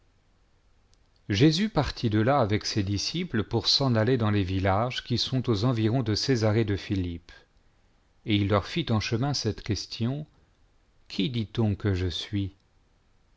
jésus partit de la avec ses disciples pour s'en aller dans les villages qui sont aux environs de gésarée de philippe et il leur fit en chemin cette question qui dit-on que je suis